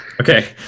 Okay